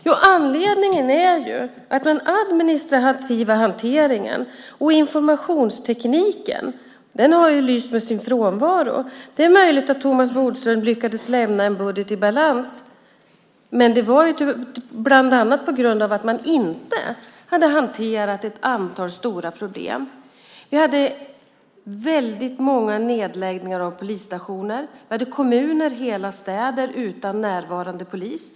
Jo, anledningen är att den administrativa hanteringen och informationstekniken har lyst med sin frånvaro. Det är möjligt att Thomas Bodström lyckades lämna över en budget i balans. Men det var bland annat på grund av att man inte hade hanterat ett antal stora problem. Vi hade väldigt många nedläggningar av polisstationer. Vi hade kommuner, hela städer, utan närvarande polis.